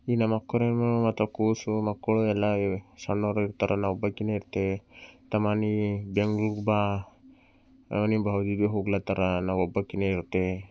ಈ ನಮ್ಮ ಅಕ್ಕವ್ರು ಮತ್ತೆ ಕೂಸು ಮಕ್ಕಳು ಎಲ್ಲ ಆಗಿವೆ ಸಣ್ಣವರು ಇರ್ತಾರಲ್ಲ ಒಬ್ಬಾಕಿಯೂ ಇರ್ತೇವೆ ತಮ್ಮ ನೀನು ಬೆಂಗ್ಳೂರ್ಗೆ ಬಾ ನಿಮ್ಮ ಭಾವಾಜಿ ಹೋಗ್ಲಾತ್ತಾರ ನಾವು ಒಬ್ಬಾಕಿಯೇ ಇರ್ತೆ